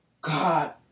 God